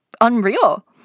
unreal